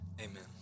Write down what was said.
amen